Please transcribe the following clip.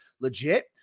legit